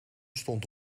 stond